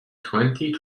twenty